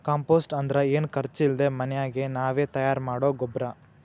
compost ಅಂದ್ರ ಏನು ಖರ್ಚ್ ಇಲ್ದೆ ಮನ್ಯಾಗೆ ನಾವೇ ತಯಾರ್ ಮಾಡೊ ಗೊಬ್ರ